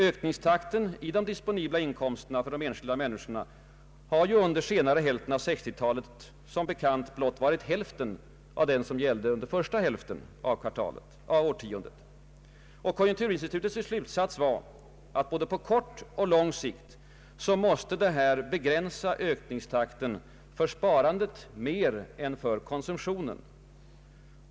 Ökningstakten i de disponibla inkomsterna för de enskilda människorna har under senare hälften av 1960-talet som bekant varit blott hälften av den som gällde första hälften av årtiondet. Konjunkturinstitutets slutsats var att både på kort och på lång sikt detta måste begränsa ökningstakten för sparandet mer än för konsumtionen.